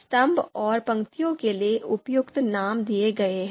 स्तंभ और पंक्तियों के लिए उपयुक्त नाम दिए गए हैं